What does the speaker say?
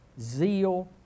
zeal